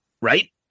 right